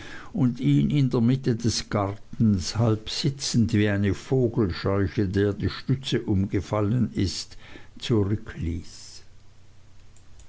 und ihn in der mitte des gartens halb sitzend wie eine vogelscheuche der die stütze umgefallen ist zurückließ